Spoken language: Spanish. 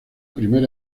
primera